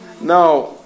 Now